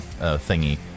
thingy